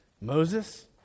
Moses